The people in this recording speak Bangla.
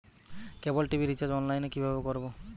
কেবল টি.ভি রিচার্জ অনলাইন এ কিভাবে করব?